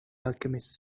alchemist